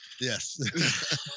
Yes